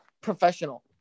professional